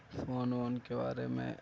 phone وون کے بارے میں